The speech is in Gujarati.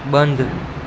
બંધ